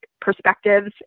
perspectives